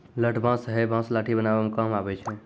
लठ बांस हैय बांस लाठी बनावै म काम आबै छै